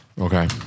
Okay